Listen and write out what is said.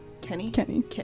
Kenny